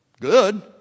Good